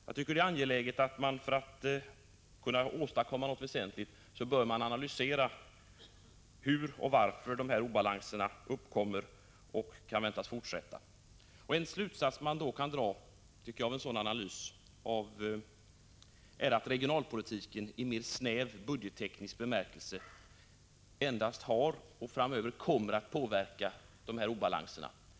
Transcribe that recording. Jag tycker det är angeläget att framhålla att för att kunna åstadkomma någonting väsentligt bör man analysera hur och varför obalanserna uppkommit och kan förväntas bestå. En slutsats man kan dra av en sådan analys är att regionalpolitik i mera snäv budgetteknisk bemärkelse endast i någon mån har påverkat och framöver kommer att påverka dem.